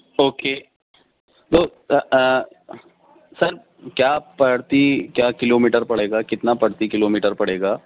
okay تو sir کیا پرتی کیا کلو میٹر پڑے گا کتنا پرتی کلو میٹر پڑے گا